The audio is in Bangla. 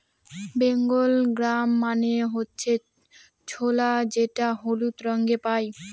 বেঙ্গল গ্রাম মানে হচ্ছে ছোলা যেটা হলুদ রঙে পাই